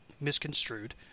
misconstrued